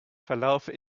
verlaufe